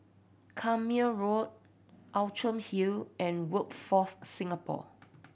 Carpmael Road Outram Hill and Workforce Singapore